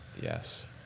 yes